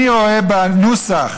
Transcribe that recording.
אני רואה בנוסח,